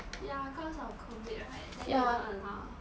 ya cause of covid right then they don't allow